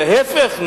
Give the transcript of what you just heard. להיפך,